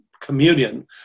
communion